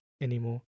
anymore